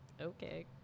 okay